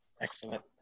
Excellent